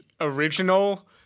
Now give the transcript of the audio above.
original